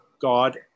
God